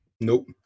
Nope